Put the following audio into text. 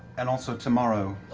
and also tomorrow.